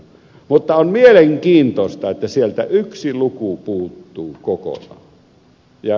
mutta on mielenkiintoista että sieltä yksi luku puuttuu kokonaan